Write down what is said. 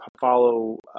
follow